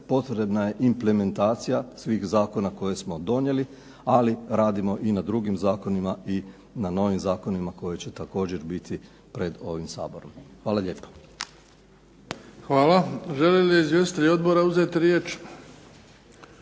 potrebna je implementacija svih zakona koje smo donijeli, ali radimo i na drugim zakonima i na novim zakonima koje će također biti pred ovim Saborom. Hvala lijepa. **Bebić, Luka (HDZ)** Hvala. Žele li izvjestitelji odbora uzeti riječ?